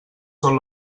són